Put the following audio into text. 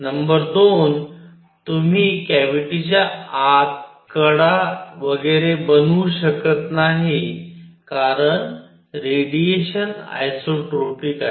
number 2 तुम्ही कॅव्हिटीच्या आत कडा वगैरे बनवू शकत नाही कारण रेडिएशन आईसोट्रोपिक आहे